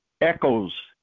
echoes